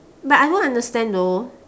but I don't understand though